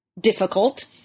difficult